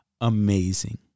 amazing